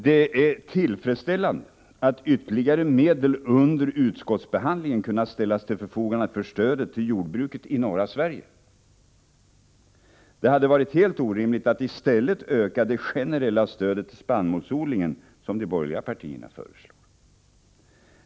Det är tillfredsställande att ytterligare medel under utskottsbehandlingen kunnat ställas till förfogande för stödet till jordbruket i norra Sverige. Det hade varit helt orimligt att i stället öka det generella stödet till spannmålsodlingen, som de borgerliga partierna föreslår.